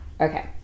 Okay